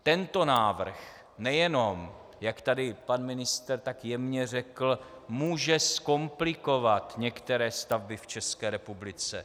Tento návrh nejenom jak tady pan ministr tak jemně řekl, může zkomplikovat některé stavby v České republice.